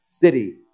city